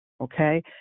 Okay